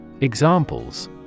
Examples